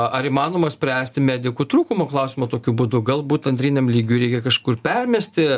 ar įmanoma spręsti medikų trūkumo klausimą tokiu būdu galbūt antriniam lygiui reikia kažkur permesti